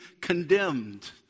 condemned